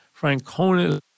Francona